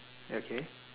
okay